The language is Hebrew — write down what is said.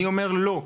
אני אומר לא,